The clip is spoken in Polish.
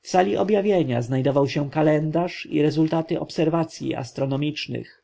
w sali objawienia znajdował się kalendarz i rezultaty obserwacyj astronomicznych